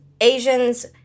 asian's